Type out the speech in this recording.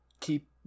keep